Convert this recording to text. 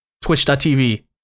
twitch.tv